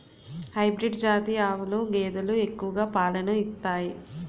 hybrid జాతి ఆవులు గేదెలు ఎక్కువ పాలను ఇత్తాయి